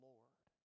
Lord